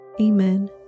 Amen